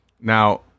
Now